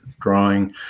drawing